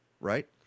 right